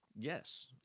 Yes